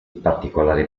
particolare